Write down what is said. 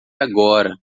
agora